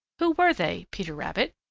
who were they, peter rabbit?